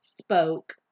spoke